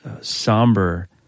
somber